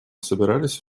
собирались